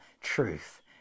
truth